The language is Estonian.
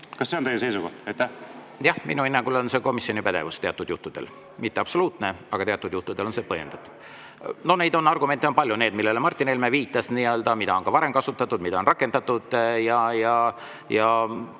kas see on teie seisukoht?